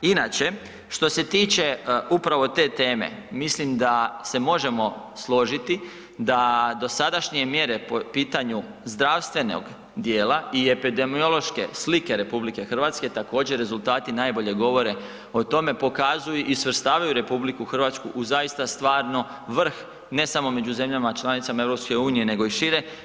Inače, što se tiče upravo te teme, mislim da se možemo složiti da dosadašnje mjere po pitanju zdravstvenog dijela i epidemiološke slike RH također rezultati najbolje govore o tome, pokazuju i svrstavaju RH u zaista stvarno vrh, ne samo među zemljama članicama EU nego i šire.